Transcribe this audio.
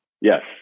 Yes